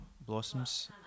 Blossoms